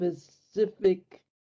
specific